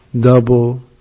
double